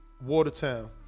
Watertown